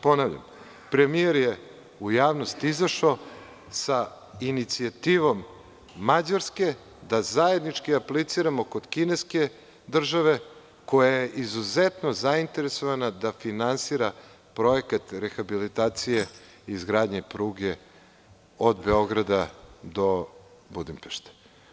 Ponavljam, premijer je u javnost izašao sa inicijativom Mađarske da zajednički apliciramo kod kineske države koja je izuzetno zainteresovana da finansira projekat rehabilitacije izgradnje pruge od Beograda do Budimpešte.